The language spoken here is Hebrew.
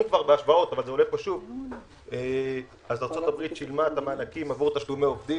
- אז ארצות הברית שילמה את המענקים עבור תשלומי עובדים.